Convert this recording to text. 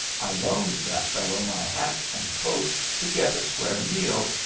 i loaned that fellow my hat and coat to get a square meal,